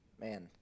Man